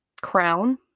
crown